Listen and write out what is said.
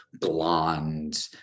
blonde